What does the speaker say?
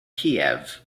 kiev